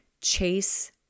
chase